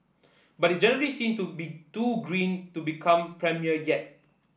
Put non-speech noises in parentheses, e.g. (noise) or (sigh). but (unintelligible) generally seen to be too green to become premier yet